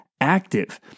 active